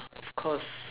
of course